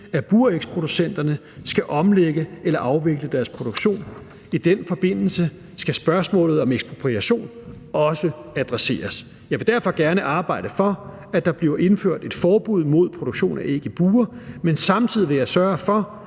at burægsproducenterne skal omlægge eller afvikle deres produktion. I den forbindelse skal spørgsmålet om ekspropriation også adresseres. Jeg vil derfor gerne arbejde for, at der bliver indført et forbud mod produktion af æg i bure, men samtidig vil jeg sørge for,